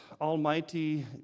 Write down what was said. almighty